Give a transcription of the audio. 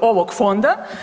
ovog fonda.